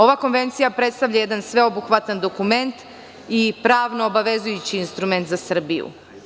Ova konvencija predstavlja jedan sveobuhvatni dokument i pravno obavezujući instrument za Srbiju.